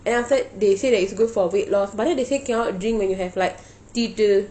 and then after that they say that it's good for weight loss but then they say cannot drink when you have like